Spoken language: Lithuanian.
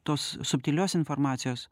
tos subtilios informacijos